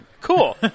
Cool